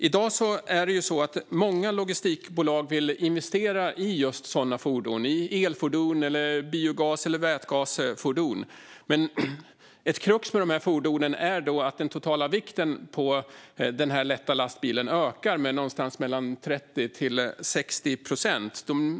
I dag vill många logistikbolag investera i just sådana fordon: elfordon, biogasfordon eller vätgasfordon. Men ett krux för de här fordonen är att den totala vikten på den lätta lastbilen ökar med någonstans mellan 30 och 60 procent.